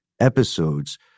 episodes